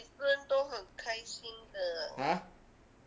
ah